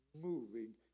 moving